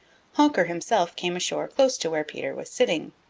honker himself came ashore close to where peter was sitting.